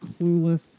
clueless